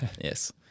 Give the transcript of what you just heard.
yes